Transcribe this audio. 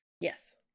yes